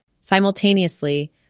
Simultaneously